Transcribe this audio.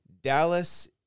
Dallas